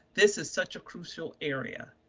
this is such a crucial area.